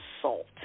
assault